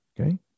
Okay